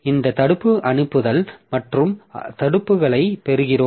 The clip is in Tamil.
இந்த தடுப்பு அனுப்புதல் மற்றும் தடுப்புகளைப் பெறுகிறோம்